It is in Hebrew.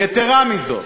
יתרה מזאת,